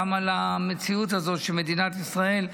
גם על המציאות הזאת במדינת ישראל,